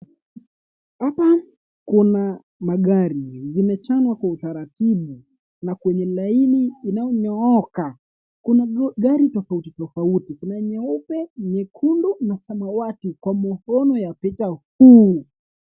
Hapa kuna magari. Zimechanwa kwa utaratibu na kwenye laini iliyonyooka. Kuna gari tofauti tofauti. Kuna nyeupe, nyekundu na samawati, kwa muono ya picha huu.